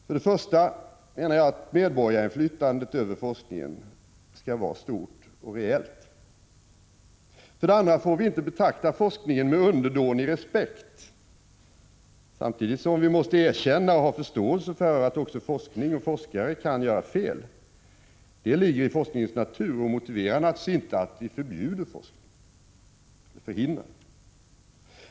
För det första menar jag att medborgarinflytandet över forskningen skall vara stort och reellt. För det andra får vi inte betrakta forskningen med underdånig respekt — samtidigt som vi måste erkänna och ha förståelse för att också forskare kan göra fel. Det ligger i forskningens natur och motiverar naturligtvis inte att vi förbjuder eller förhindrar forskning.